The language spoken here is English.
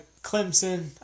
Clemson